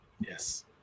Yes